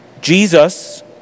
Jesus